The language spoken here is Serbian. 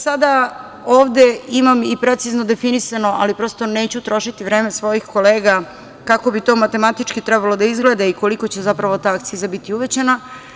Sada ovde imam i precizno definisano, ali prosto neću trošiti vreme svojih kolega, kako bi to matematički trebalo da izgleda i koliko će ta akciza biti uvećana.